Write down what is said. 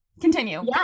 continue